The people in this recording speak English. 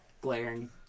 glaring